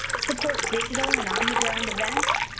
support digital and on the ground events,